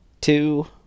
two